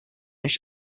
než